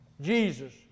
Jesus